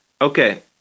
Okay